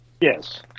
yes